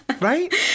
Right